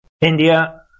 India